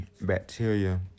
bacteria